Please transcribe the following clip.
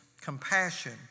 compassion